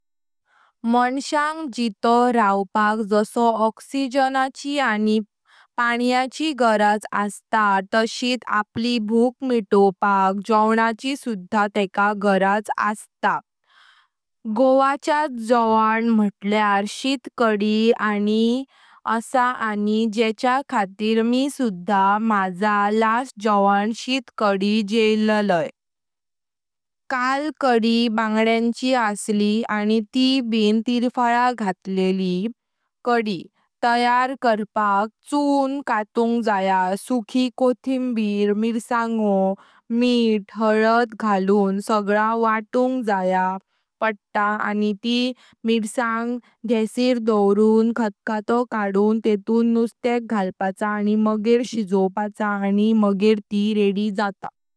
माणसाक जितो रावपाक जास्तो ऑक्सिजन आनी पानीची गरज अस्त ताशीत आपली भूक मिटवपाक जवनाची सुधा तेक गरज अस्त। गोवाचं जवन मुतल्यार शिट काडी असा आनी जेच्या खातीर मी सुधा माझा लास्ट जवन शिट काडी जलेलाय। काल कडी बांग्यांची असली आनी तीय ब तिरफळं घातलीली। कडी तयार करपाक चुन कातुंग जया, सुखी कोथिंबीर, मिरसांगो, मिठ, हळद घालून सगळा वाटुंग जया पडता आनी ती मिरसांग गासीर डावरून खातल्हाटो काडून तेतून नुर्त्याक घालपाचा आनी मगे शिजवपाचा आनी मगे ती रेडी जाता।